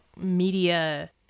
media